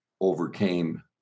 overcame